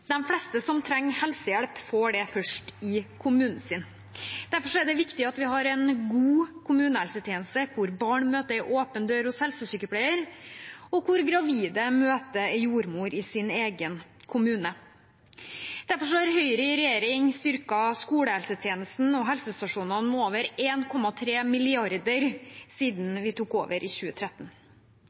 det viktig at vi har en god kommunehelsetjeneste, der barn møter en åpen dør hos helsesykepleier, og der gravide møter en jordmor i sin egen kommune. Derfor har Høyre i regjering styrket skolehelsetjenesten og helsestasjonene med over 1,3 mrd. kr siden vi tok over i 2013.